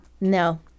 No